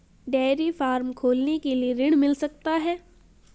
Dairy farm खोलने के लिए ऋण मिल सकता है?